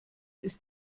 ist